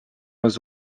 was